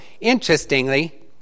Interestingly